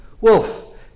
wolf